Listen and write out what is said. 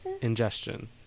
Ingestion